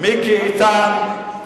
מיקי איתן,